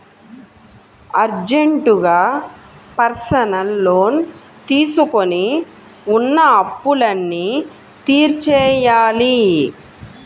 అర్జెంటుగా personal loan తీసుకొని ఉన్న అప్పులన్నీ తీర్చేయ్యాలి